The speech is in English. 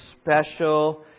special